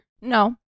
No